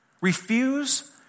Refuse